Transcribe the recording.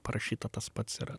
parašyta tas pats yra